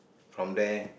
from there